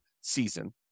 season